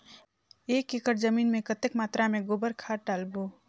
एक एकड़ जमीन मे कतेक मात्रा मे गोबर खाद डालबो?